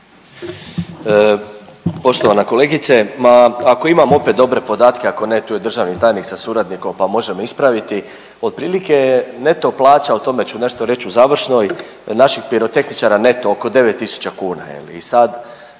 Poštovana kolegice. Ma, ako imam opet dobre podatke, ako ne, tu je državni tajnik sa suradnikom pa može me ispraviti, otprilike neto plaća, o tome ću nešto reći u završnoj, naših pirotehničara, neto oko 9 tisuća